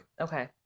Okay